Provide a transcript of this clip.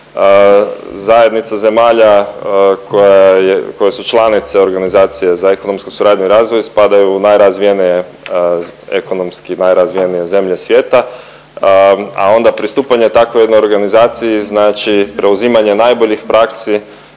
Zajednica zemalja koja je, koje su članice organizacije za ekonomsku suradnju i razvoj ispadaju u najrazvijenije, ekonomski najrazvijenije zemlje svijeta, a onda pristupanje takvoj jednoj organizaciji znači preuzimanje najboljih praksi